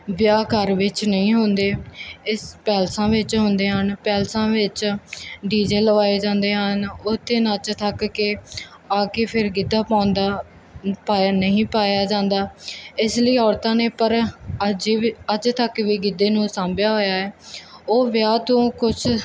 ਵਿਆਹ ਘਰ ਵਿੱਚ ਨਹੀਂ ਹੁੰਦੇ ਇਸ ਪੈਲਸਾਂ ਵਿੱਚ ਹੁੰਦੇ ਹਨ ਪੈਲਸਾਂ ਵਿੱਚ ਡੀ ਜ਼ੇ ਲਗਵਾਏ ਜਾਂਦੇ ਹਨ ਉੱਥੇ ਨੱਚ ਥੱਕ ਕੇ ਆ ਕੇ ਫਿਰ ਗਿੱਧਾ ਪਾਉਂਦਾ ਪਾਇਆ ਨਹੀਂ ਪਾਇਆ ਜਾਂਦਾ ਇਸ ਲਈ ਔਰਤਾਂ ਨੇ ਪਰ ਅੱਜ ਅਜੇ ਤੱਕ ਵੀ ਗਿੱਧੇ ਨੂੰ ਸਾਂਭਿਆ ਹੋਇਆ ਉਹ ਵਿਆਹ ਤੋਂ ਕੁਛ